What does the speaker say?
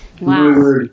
Wow